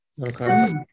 Okay